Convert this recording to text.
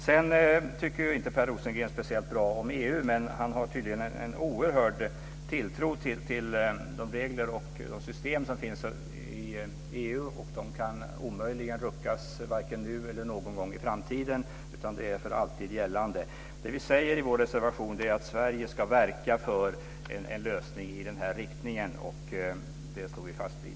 Sedan tycker inte Per Rosengren speciellt bra om EU, men han har tydligen en oerhörd tilltro till de regler och system som finns i EU. De kan omöjligen ruckas - vare sig nu eller någon gång i framtiden. De är för alltid gällande. Det vi säger i vår reservation är att Sverige ska verka för en lösning i den här riktningen och det står vi fast vid.